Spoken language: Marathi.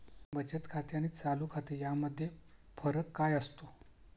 बचत खाते आणि चालू खाते यामध्ये फरक काय असतो?